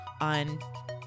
on